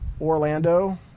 Orlando